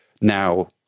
Now